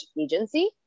agency